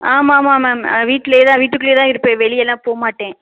ஆமாம் ஆமாம் மேம் வீட்லேயே தான் வீட்டுக்குள்ளயே தான் இருப்பேன் வெளியேலாம் போக மாட்டேன்